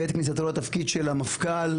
בעת כניסתו לתפקיד של המפכ"ל,